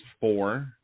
four